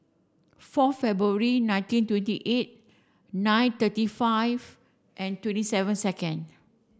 four February nineteen twenty eight nine thirty five and twenty seven second